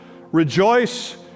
Rejoice